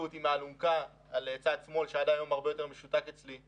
אותי מהאלונקה על צד שמאל שעד היום הוא הרבה יותר משותק אצלי.